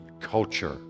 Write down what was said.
culture